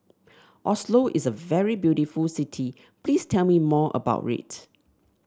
Oslo is a very beautiful city please tell me more about it